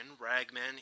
Ragman